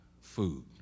food